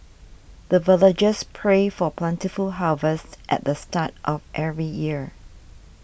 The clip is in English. the villagers pray for plentiful harvest at the start of every year